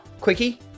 Quickie